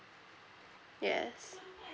yes